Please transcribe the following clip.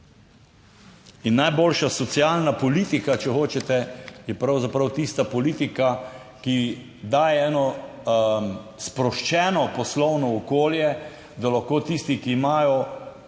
In najboljša socialna politika, če hočete, je pravzaprav tista politika, ki daje eno sproščeno poslovno okolje, da lahko tisti, ki imajo